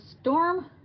storm